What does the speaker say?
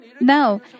Now